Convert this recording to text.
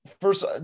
first